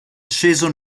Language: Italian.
sceso